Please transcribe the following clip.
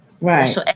Right